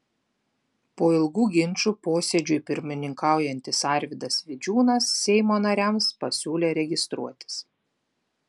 po ilgų ginčų posėdžiui pirmininkaujantis arvydas vidžiūnas seimo nariams pasiūlė registruotis